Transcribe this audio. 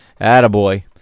Attaboy